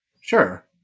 Sure